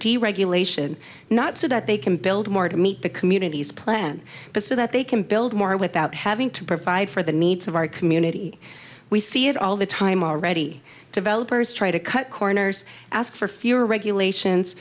deregulation not so that they can build more to meet the community's plan but so that they can build more without having to provide for the needs of our community we see it all the time already developers try to cut corners ask for fewer regulations